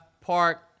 park